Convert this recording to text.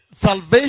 salvation